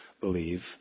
believe